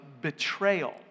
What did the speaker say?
betrayal